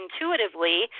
intuitively